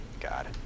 God